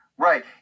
Right